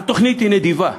התוכנית היא נדיבה,